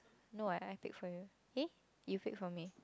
no I I take for you eh you pick for me